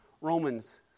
Romans